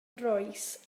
rois